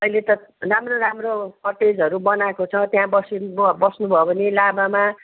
अहिले त राम्रो राम्रो कटेजहरू बनाएको छ त्यहाँ बसे पनि बस्नुभयो भने लाभामा